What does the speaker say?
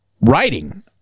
writing